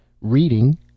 Reading